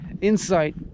insight